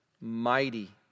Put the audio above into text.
mighty